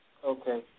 Okay